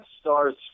Stars